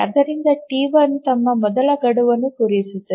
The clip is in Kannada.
ಆದ್ದರಿಂದ ಟಿ1 ತನ್ನ ಮೊದಲ ಗಡುವನ್ನು ಪೂರೈಸುತ್ತದೆ